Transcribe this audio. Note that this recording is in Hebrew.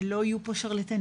שלא יהיו פה שרלטנים,